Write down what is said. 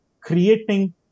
creating